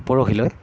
পৰহিলৈ